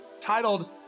titled